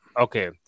Okay